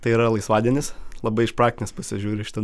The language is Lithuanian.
tai yra laisvadienis labai iš praktinės pusės žiūriu į šitą